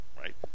right